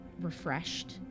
refreshed